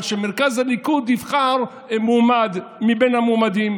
אבל שמרכז הליכוד יבחר מועמד מבין המועמדים,